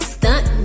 Stunt